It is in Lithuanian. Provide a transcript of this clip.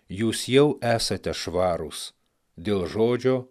jūs jau esate švarūs dėl žodžio